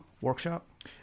workshop